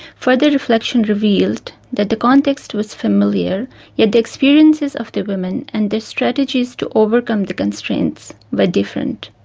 further reflection revealed that the context was familiar yet the experiences of the women and their strategies to overcome the constraints were different.